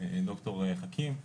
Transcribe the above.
דוקטור חכים,